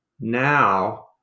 Now